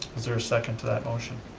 is there a second to that motion?